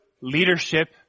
leadership